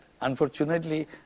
Unfortunately